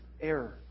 error